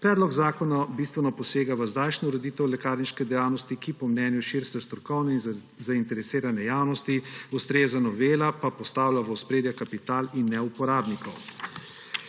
Predlog zakona bistveno posega v zdajšnjo ureditev lekarniške dejavnosti, ki je po mnenju širše strokovne zainteresirane javnosti ustrezna, novela pa postavlja v ospredje kapital in ne uporabnikov.